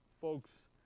folks